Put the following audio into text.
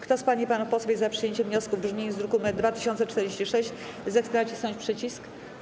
Kto z pań i panów posłów jest za przyjęciem wniosku w brzmieniu z druku nr 2046, zechce nacisnąć przycisk.